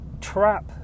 trap